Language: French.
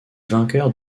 vainqueurs